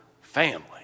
family